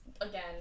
again